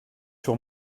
sur